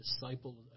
disciple